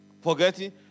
forgetting